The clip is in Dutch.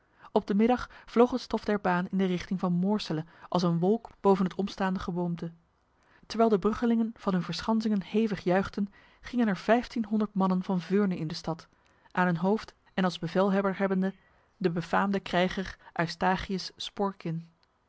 op de middag vloog het stof der baan in de richting van moorsele als een wolk boven het omstaande geboomte terwijl de bruggelingen van hun verschansingen hevig juichten gingen er vijftienhonderd mannen van veurne in de stad aan hun hoofd en als bevelhebber hebbende de befaamde krijger eustachius sporkyn